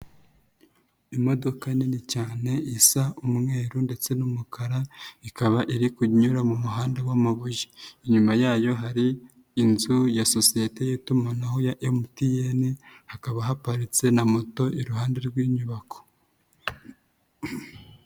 Imodoka nini cyane isa umweru ndetse n'umukara, ikaba iri kunyura mu muhanda wa'amabuye. Inyuma yayo hari inzu ya sosiyete y'itumanaho ya MTN, hakaba haparitse na moto iruhande rw'inyubako.